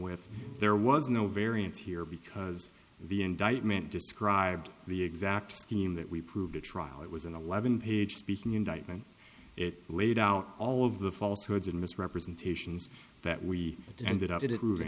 with there was no variance here because the indictment described the exact scheme that we proved to trial it was an eleven page speaking indictment it laid out all of the falsehoods and misrepresentations that we ended up it moving